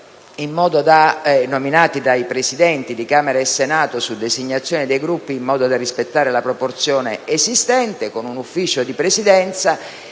rispettivamente dai Presidenti di Camera e Senato su designazione dei Gruppi in modo da rispettare la proporzione esistente, e con un Ufficio di Presidenza.